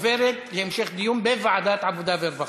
ועוברת להמשך דיון בוועדת העבודה והרווחה.